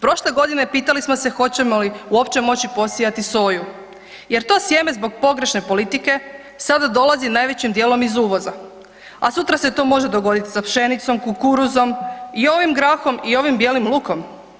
Prošle godine pitali smo se hoćemo li uopće moći posijati soju jer to sjeme zbog pogrešne politike sada dolazi najvećim dijelom iz uvoza, a sutra se to može dogoditi sa pšenicom, kukuruzom i ovim grahom i ovim bijelim lukom.